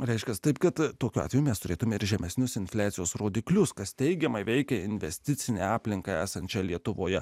reiškiasi taip kad tokiu atveju mes turėtumėme ir žemesnius infliacijos rodiklius kas teigiamai veikia investicinę aplinką esančią lietuvoje